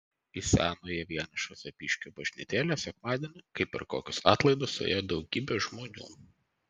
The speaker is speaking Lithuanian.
į senąją vienišą zapyškio bažnytėlę sekmadienį kaip per kokius atlaidus suėjo daugybė žmonių